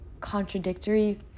contradictory